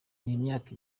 n’imyaka